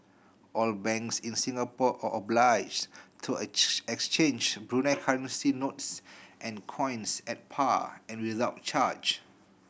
all banks in Singapore are obliged to exchange Brunei currency notes and coins at par and without charge